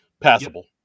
passable